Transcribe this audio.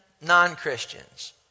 non-Christians